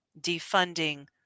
defunding